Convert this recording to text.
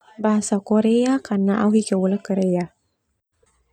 Bahasa Korea karna au hika leo Korea.